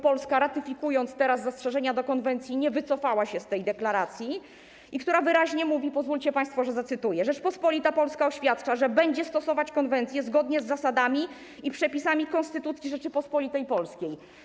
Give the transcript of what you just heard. Polska, ratyfikując teraz zastrzeżenia do konwencji, nie wycofała się z tej deklaracji, która wyraźnie mówi - pozwólcie państwo, że zacytuję - że Rzeczpospolita Polska oświadcza, że będzie stosować konwencję zgodnie z zasadami i przepisami Konstytucji Rzeczypospolitej Polskiej.